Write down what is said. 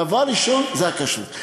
דבר ראשון, הכשרות.